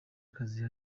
akazi